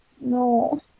No